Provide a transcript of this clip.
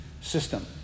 system